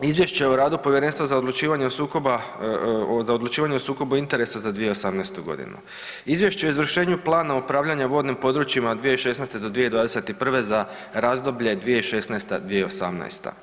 Izvješće o radu Povjerenstva za odlučivanje o sukoba, za odlučivanje o sukobu interesa za 2018.g. Izvješće o izvršenju planova upravljanja vodnim područjima od 2016. do 2021. za razdoblje 2016.-2018.